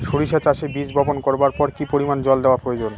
সরিষা চাষে বীজ বপন করবার পর কি পরিমাণ জল দেওয়া প্রয়োজন?